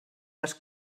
les